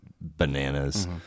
Bananas